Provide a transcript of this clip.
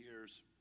years